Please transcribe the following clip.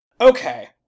Okay